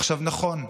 עכשיו, נכון,